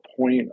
point